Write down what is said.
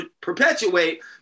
perpetuate